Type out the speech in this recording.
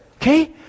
Okay